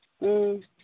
ꯑꯥ